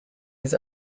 his